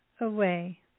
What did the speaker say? away